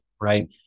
right